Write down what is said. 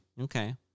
okay